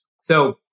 So-